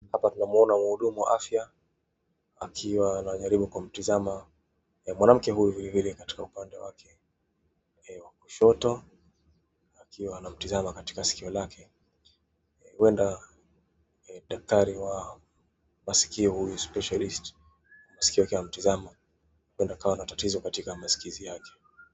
Hapa tunamwona mhudumu wa afya, akiwa anajaribu kumtazama mwanamke huyu vilevile katika upande wake wa kushoto, akiwa anamtazama katika sikio lake. Huenda daktari wa masikio, huyu specialisti, masikio yake amtazama, huenda akawa na tatizo katika masikizi yake.